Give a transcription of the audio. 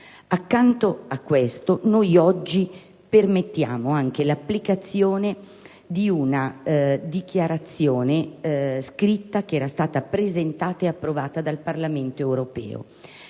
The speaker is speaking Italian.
Accanto a questo, oggi permettiamo anche l'applicazione di una dichiarazione scritta presentata e approvata dal Parlamento europeo